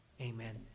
Amen